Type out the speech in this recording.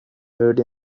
heard